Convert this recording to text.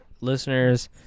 listeners